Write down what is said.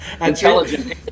Intelligent